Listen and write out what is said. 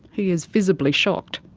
he is visibly shocked.